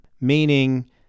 meaning